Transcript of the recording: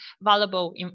valuable